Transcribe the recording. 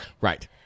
Right